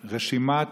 מרשימת תע"ל,